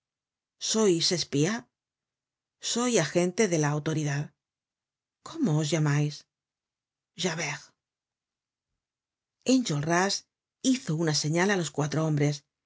sois espía soy agente de la autoridad cómo os llamais ja ver t enjolras hizo una señal á los cuatro hombres